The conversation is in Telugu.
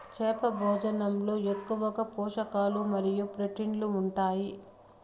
చేప భోజనంలో ఎక్కువగా పోషకాలు మరియు ప్రోటీన్లు ఉంటాయి